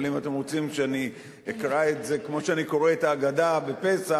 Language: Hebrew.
אבל אם אתם רוצים שאני אקרא את זה כמו שאני קורא את ההגדה בפסח,